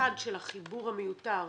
אחד, של החיבור המיותר